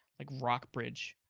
like, rock bridge,